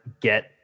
get